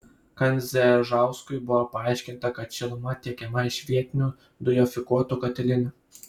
kandzežauskui buvo paaiškinta kad šiluma tiekiama iš vietinių dujofikuotų katilinių